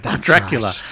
Dracula